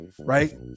right